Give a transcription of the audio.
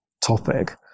topic